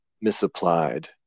misapplied